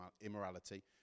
immorality